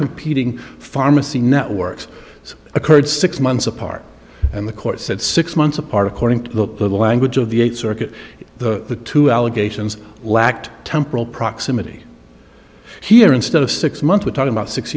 competing pharmacy networks occurred six months apart and the court said six months apart according to the language of the eighth circuit the allegations lacked temporal proximity here instead of six months we're talking about six